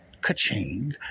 Ka-ching